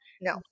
no